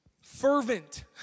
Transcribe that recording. fervent